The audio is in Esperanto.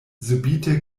subite